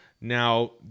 Now